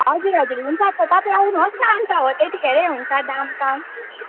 हजुर हजुर हुन्छ त तपाईँ आउनु होस् न अन्त हो त्यतिखेर हुन्छ दाम काम